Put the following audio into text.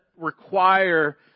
require